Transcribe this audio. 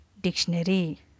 dictionary